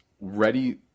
ready